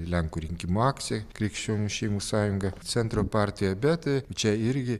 lenkų rinkimų akcija krikščionių šeimų sąjunga centro partija bet čia irgi